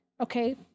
okay